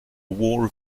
war